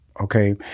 okay